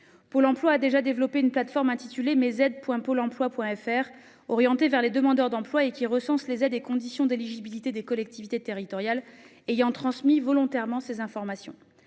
Pôle emploi a déjà développé une plateforme, mes-aides.pole-emploi.fr, orientée vers les demandeurs d'emploi et recensant les aides et conditions d'éligibilité des collectivités territoriales ayant transmis volontairement ces informations.